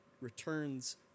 Returns